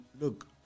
Look